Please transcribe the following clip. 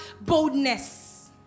boldness